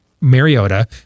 Mariota